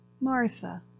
Martha